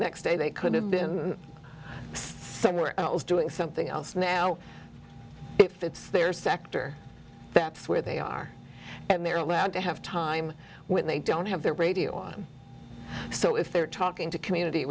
next day they could have been somewhere else doing something else now if it's their sector that's where they are and they're allowed to have time when they don't have their radio on so if they're talking to community